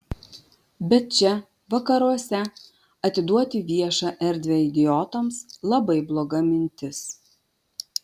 bet čia vakaruose atiduoti viešą erdvę idiotams labai bloga mintis